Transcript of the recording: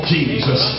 Jesus